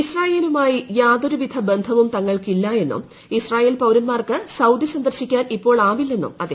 ഇസ്രായേലുമായി യാതൊരുവിധ ബന്ധവും തങ്ങൾക്ക്ക്ടില്ല എന്നും ഇസ്രയേൽ പൌരന്മാർക്ക് സൌദി സന്ദർശിക്കാൻ ഇപ്പോളാവില്ലെന്നും അദ്ദേഹം പറഞ്ഞു